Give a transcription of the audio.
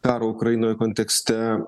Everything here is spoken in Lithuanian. karo ukrainoj kontekste